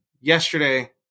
yesterday